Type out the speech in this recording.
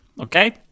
okay